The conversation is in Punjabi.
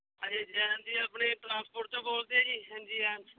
ਹਾਂਜੀ ਜੈਨ ਜੀ ਆਪਣੇ ਟਰਾਂਸਪੋਰਟ ਤੋਂ ਬੋਲਦੇ ਆ ਜੀ ਹੈਂਜੀ ਹਾਂ